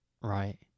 right